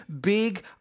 big